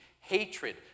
hatred